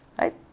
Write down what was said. Right